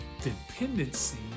dependency